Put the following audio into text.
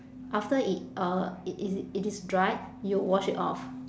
after it uh it is it is dried you wash it off